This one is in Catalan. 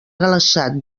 glaçat